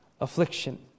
affliction